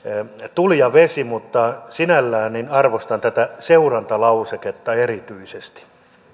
tuli ja vesi mutta sinällään arvostan tätä seurantalauseketta erityisesti